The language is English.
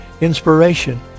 inspiration